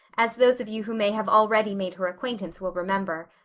as those of you who may have already made her acquaintance will remember.